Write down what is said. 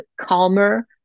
calmer